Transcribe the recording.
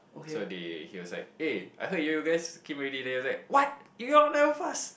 so they he was like eh I heard you guys came already then he was like what you all never fast